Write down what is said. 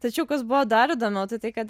tačiau kas buvo dar įdomiau tai tai kad